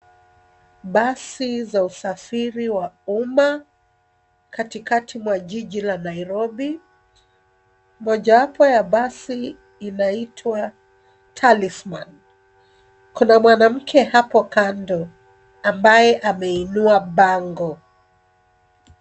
Basi za usafiri wa umma katikati mwa jiji la Nairobi. Mojawapo ya basi inaitwa [cs ] Talisman . Kuna mwanamke hapo kando ambaye ameinua bango